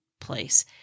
place